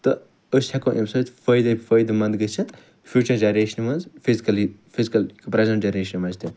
تہٕ أسۍ ہیٚکو اَمہِ سۭتۍ فٲیدٔے فٲیدٕ منٛد گٔژھِتھ فیٛوچَر جنریشنہِ مَنٛز فزکلی فزکل پریٚزنٛٹ جنریشنہِ مَنٛز تہِ